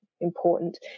important